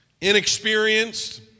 inexperienced